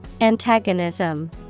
Antagonism